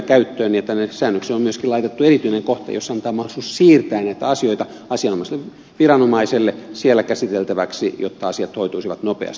ja tänne säännökseen on myöskin laitettu erityinen kohta jossa annetaan mahdollisuus siirtää näitä asioita asianomaiselle viranomaiselle siellä käsiteltäväksi jotta asiat hoituisivat nopeasti